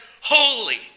holy